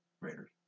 Raiders